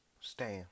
stand